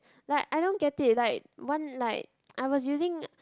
like I don't get it like one like I was using